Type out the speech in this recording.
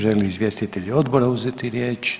Žele li izvjestitelji odbora uzeti riječ?